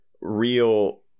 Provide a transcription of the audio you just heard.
real